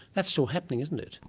that's still happening, isn't it?